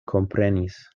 komprenis